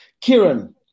Kieran